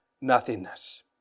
nothingness